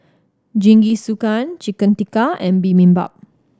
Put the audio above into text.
Jingisukan Chicken Tikka and Bibimbap